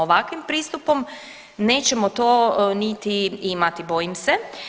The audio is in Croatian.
Ovakvim pristupom nećemo to niti imati bojim se.